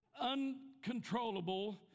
uncontrollable